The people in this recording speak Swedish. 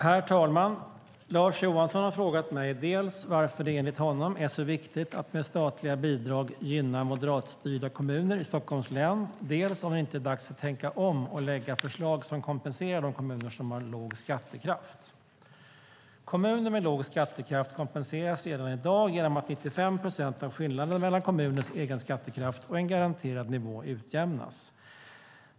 Herr talman! Lars Johansson har frågat mig dels varför det, enligt honom, är så viktigt att med statliga bidrag gynna moderatstyrda kommuner i Stockholms län, dels om det inte är dags att tänka om och lägga fram förslag som kompenserar de kommuner som har låg skattekraft. Kommuner med låg skattekraft kompenseras redan i dag genom att 95 procent av skillnaden mellan kommunens egen skattekraft och en garanterad nivå utjämnas.